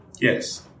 yes